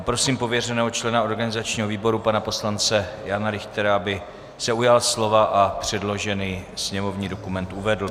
Prosím pověřeného člena organizačního výboru, pana poslance Jana Richtera, aby se ujal slova a předložený sněmovní dokument uvedl.